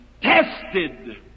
tested